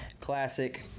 classic